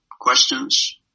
questions